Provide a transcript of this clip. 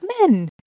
men